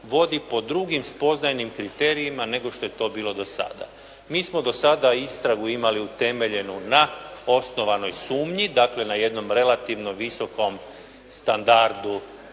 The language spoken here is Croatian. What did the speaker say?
vodi po drugim spoznajnim kriterijima nego što je to bilo do sada. Mi smo do sada istragu imali utemeljenu na osnovanoj sumnji. Dakle, na jednom relativno visokom standardu